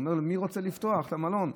הוא אומר לי: מי רוצה לפתוח את המלון?